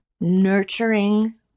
nurturing